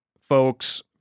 folks